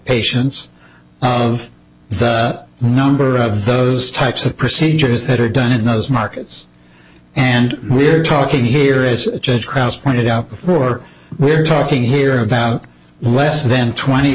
patients of the number of those types of procedures that are done in those markets and we're talking here is judge cross pointed out before we're talking here about less than twenty